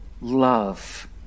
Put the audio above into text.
love